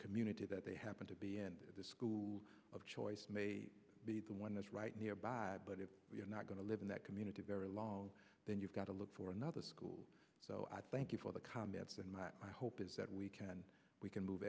community that they happen to be and the school of choice may be the one that's right nearby but if you're not going to live in that community very long then you've got to look for another school so i thank you for the comments and my hope is that we can we can move